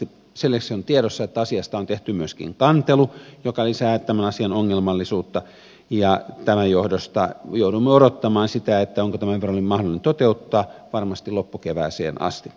sen lisäksi on tiedossa että asiasta on tehty myöskin kantelu joka lisää tämän asian ongelmallisuutta ja tämän johdosta joudumme odottamaan sitä onko tämä windfall vero mahdollinen toteuttaa varmasti loppukevääseen asti